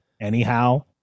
anyhow